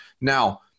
now